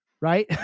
right